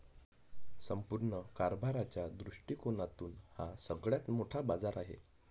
संपूर्ण कारभाराच्या दृष्टिकोनातून हा सगळ्यात मोठा बाजार आहे